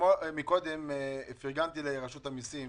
קודם פרגנתי לרשות המיסים